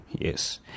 yes